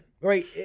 Right